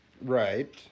Right